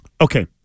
Okay